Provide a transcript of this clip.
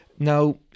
Now